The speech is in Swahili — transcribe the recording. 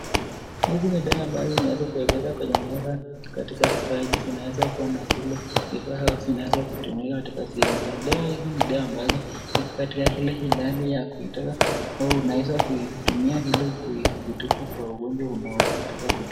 Hizi ni dawa ambazo zimeweza kuezekwa kwenye meza katika kifaa hiki zinaweza kuwa ni zile dawa ambazo zinaweza kutumika katika sehemu hiyo. Dawa hizi ni dawa ambazo ziko katika ile hali ya kuitoa au unaweza kuitumia ili kuutibu kwa ugonjwa unaotaka.